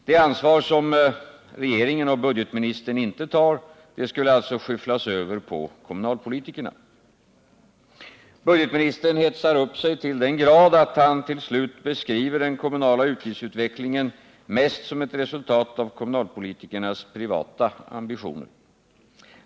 Det ansvar som regeringen och budgetministern inte tar skulle alltså skyfflas över på kommunalpolitikerna. Budgetministern hetsar upp sig till den grad att han till slut beskriver den kommunala utgiftsutvecklingen mest såsom ett resultat av kommunalpolitikernas privata ambitioner.